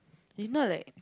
you know like